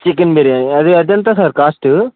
chicken biryani అది అది ఎంత సార్ కాస్టు